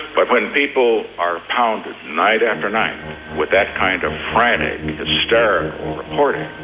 but when people are pounded night after night with that kind of frantic, hysterical reporting,